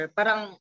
parang